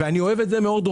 אני אוהב את מאוד,